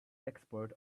export